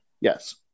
Yes